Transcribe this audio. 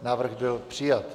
Návrh byl přijat.